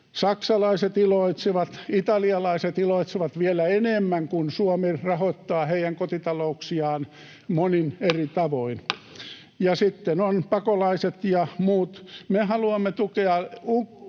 Saksalaiset iloitsevat, italialaiset iloitsevat vielä enemmän, kun Suomi rahoittaa heidän kotitalouksiaan monin eri tavoin. Ja sitten ovat pakolaiset ja muut. Me haluamme tukea